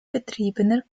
betriebener